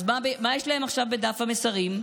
אז מה יש להם עכשיו בדף המסרים?